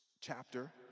chapter